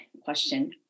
question